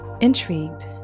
Intrigued